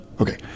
Okay